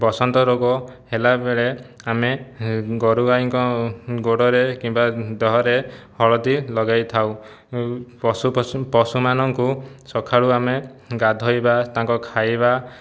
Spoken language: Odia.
ବସନ୍ତରୋଗ ହେଲାବେଳେ ଆମେ ଗୋରୁଗାଈଙ୍କ ଗୋଡ଼ରେ କିମ୍ବା ଦେହରେ ହଳଦୀ ଲଗାଇଥାଉ ପଶୁ ପଶୁ ପଶୁମାନଙ୍କୁ ସଖାଳୁ ଆମେ ଗାଧୋଇବା ତାଙ୍କ ଖାଇବା